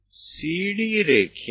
આ CD લીટી છે